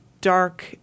dark